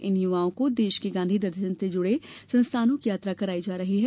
इन युवाओं को देश के गांधी दर्शन से जुड़े संस्थानों की यात्रा कराई जा रही है